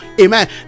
amen